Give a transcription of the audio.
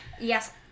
Yes